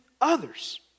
others